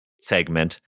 segment